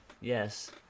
Yes